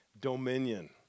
dominion